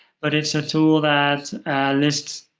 but it's a tool that lists